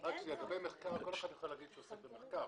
לגבי מחקר, כל אחד יוכל לומר שהוא עוסק במחקר.